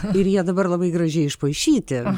ir jie dabar labai gražiai išpaišyti